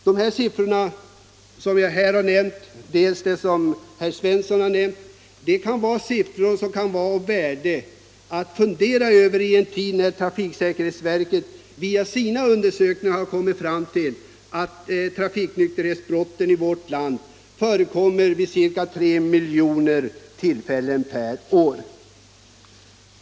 De siffror som jag nu nämnt och de som herr Svensson nämnde kan det vara av värde att fundera över i en tid då trafiksäkerhetsverket via sina undersökningar kommit fram till att trafiknykterhetsbrott i vårt land förekommer vid ca tre miljoner tillfällen per år.